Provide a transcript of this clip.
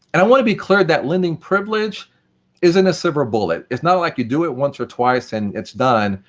and i want to be clear that lending privilege is not a silver bullet, it's not like you do it once or twice, and it's done.